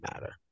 matter